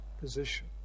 position